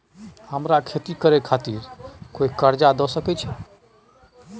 हमरा खेती करे खातिर कोय कर्जा द सकय छै?